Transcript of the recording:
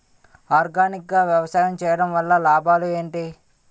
Organic గా వ్యవసాయం చేయడం వల్ల లాభాలు ఏంటి?